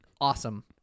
Awesome